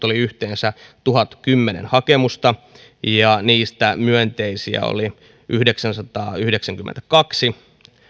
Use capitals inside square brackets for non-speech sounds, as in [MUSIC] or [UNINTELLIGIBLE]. [UNINTELLIGIBLE] oli yhteensä tuhatkymmenen hakemusta ja niistä myönteisiä oli yhdeksänsataayhdeksänkymmentäkaksi